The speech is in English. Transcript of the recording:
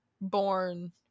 born